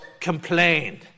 complained